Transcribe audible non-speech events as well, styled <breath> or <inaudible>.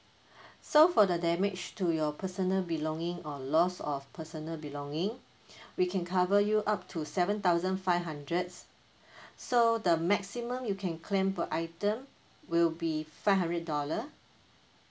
<breath> so for the damage to your personal belonging or loss of personal belonging <breath> we can cover you up to seven thousand five hundreds <breath> so the maximum you can claim per item will be five hundred dollar